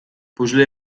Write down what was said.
puzzle